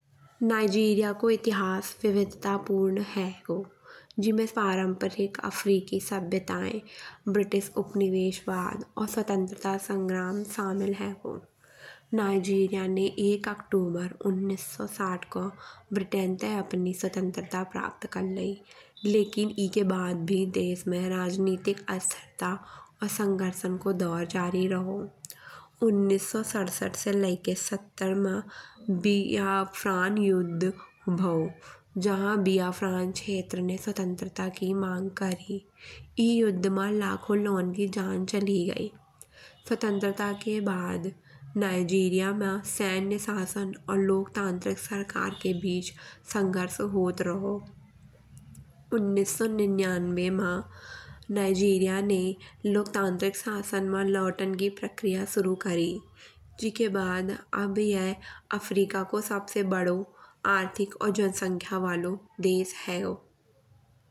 नाइजीरिया को इतिहास विविधितापूर्ण हैगो। जिमे परंपरिक आफ्रिकी सभ्यताएं ब्रिटिश उपनिवेशवाद और स्वतंत्रता संग्राम शामिल हैगो। नाइजीरिया ने एक अक्टूबर उन्नीस सौ साठ को ब्रिटेन ते अपनी स्वतंत्रता प्राप्त कर लाई। लेकिन एके बाद भी देश में राजनीतिक अस्थिरता और संघर्षन को दौर जारी रहो। उन्नीस सौ सड़सठ से लेके सत्तर मा युद्ध भाओ। जहां बियाफ्रन क्षेत्र ने स्वतंत्रता की मांग करी। ई युद्ध मा लाखों लोगन की जान चली गई। स्वतंत्रता के बाद नेस्सेरिया मा सैन्य शासन और लोकतांत्रिक सरकार के बीच संघर्ष होत रहो। उन्नीस सौ निन्यानवे मा नेस्सेरिया ने लोकतांत्रिक शासन मा लौटन की प्रक्रिया शुरू करी। जिके बाद अब यह अफ्रीका को सबसे बड़ा आर्थिक और जनसंख्या बालो देश हैगो।